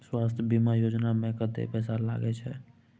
स्वास्थ बीमा योजना में कत्ते पैसा लगय छै?